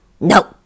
No